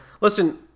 listen